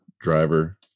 driver